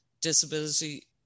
disability